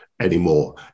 anymore